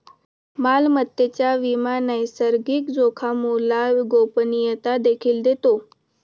मालमत्तेचा विमा नैसर्गिक जोखामोला गोपनीयता देखील देतो